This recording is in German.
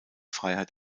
freiheit